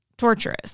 torturous